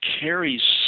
carries